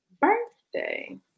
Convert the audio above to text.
birthday